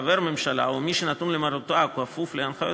חבר ממשלה או מי שנתון למרותה או כפוף להנחיותיה,